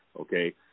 okay